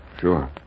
sure